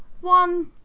One